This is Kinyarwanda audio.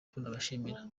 tubashimira